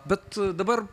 bet dabar